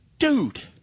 Dude